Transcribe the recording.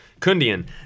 Kundian